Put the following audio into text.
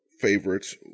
favorites